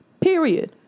Period